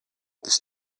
ist